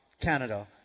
Canada